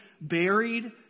buried